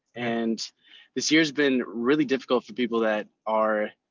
and this year has been really difficult for people that are.